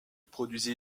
produisit